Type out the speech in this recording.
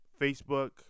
Facebook